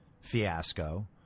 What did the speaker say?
fiasco